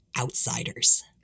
outsiders